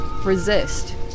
Resist